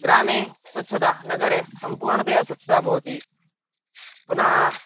ग्रामे स्वच्छता नगरे सम्पूर्णतया स्वच्छता भवति पुनः